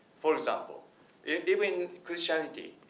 for example, in even christianity,